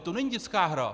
To není dětská hra.